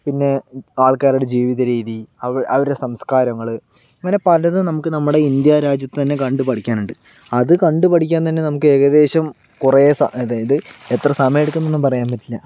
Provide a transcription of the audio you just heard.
പിന്നെ ആള്ക്കാരുടെ ജീവിത രീതി അവർ അവരുടെ സംസ്കാരങ്ങൾ ഇങ്ങനെ പലതും നമുക്ക് നമ്മുടെ ഈ ഇന്ത്യ രാജ്യത്തു തന്നെ കണ്ടു പഠിക്കാനുണ്ട് അതു കണ്ടു പഠിക്കാന് തന്നെ നമുക്ക് ഏകദേശം കുറേ സ അതായത് എത്ര സമയം എടുക്കുമെന്നൊന്നും പറയാന് പറ്റില്ല